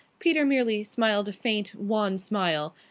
peter merely smiled a faint, wan smile.